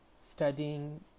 studying